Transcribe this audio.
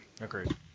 Agreed